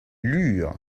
lûrent